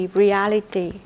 reality